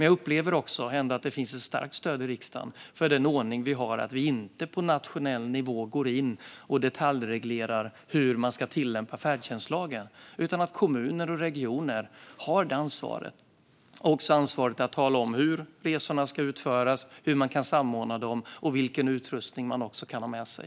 Jag upplever att det finns ett starkt stöd i riksdagen för den ordning vi har som innebär att vi inte går in från nationell nivå och detaljreglerar hur man ska tillämpa färdtjänstlagen. Kommuner och regioner ska ha detta ansvar. Det är också de som ska tala om hur resorna ska utföras, hur resorna kan samordnas och vilken utrustning man kan ha med sig.